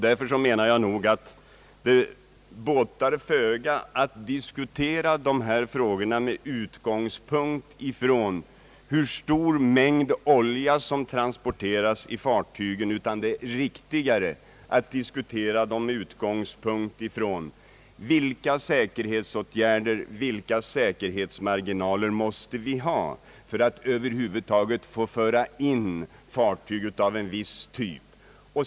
Därför anser jag nog att det båtar föga att diskutera de här frågorna med utgångspunkt från hur stor mängd olja som transporteras i fartygen. Det är riktigare att diskutera dem med utgångspunkt från vilka säkerhetsåtgärder och säkerhetsmarginaler vi måste ha för att över huvud taget få föra in fartyg av en viss typ.